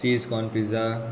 cheese corn pizza